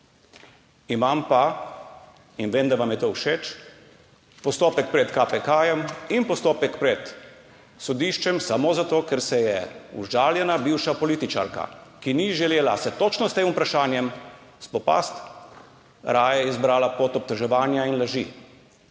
Imam pa in vem, da vam je to všeč, postopek pred KPK in postopek pred sodiščem samo zato, ker si je užaljena bivša političarka, ki se ni želela točno s tem vprašanjem spopasti, raje izbrala pot obtoževanja in laži,